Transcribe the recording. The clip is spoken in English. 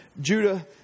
Judah